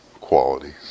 qualities